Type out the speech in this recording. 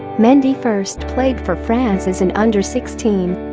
mendy first played for france as an under sixteen.